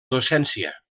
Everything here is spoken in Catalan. docència